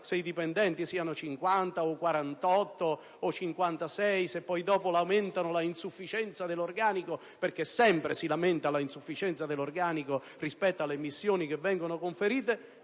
se i dipendenti siano 50 o 48 o 56, se dopo si lamenta l'insufficienza dell'organico (perché sempre si lamenta l'insufficienza dell'organico rispetto alle missioni che vengono conferite),